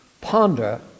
ponder